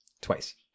Twice